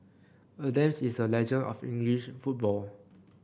Adams is a legend of English football